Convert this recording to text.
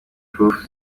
proof